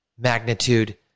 Magnitude